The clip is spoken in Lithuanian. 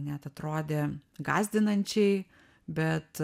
net atrodė gąsdinančiai bet